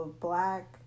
black